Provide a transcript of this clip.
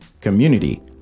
community